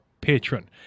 patron